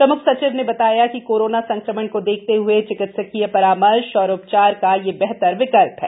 प्रम्ख सचिव ने बताया कि कोरोना संक्रमण को देखते हुए चिकित्सकीय परामर्श और उपचार का यह बेहतर विकल्प है